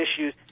issues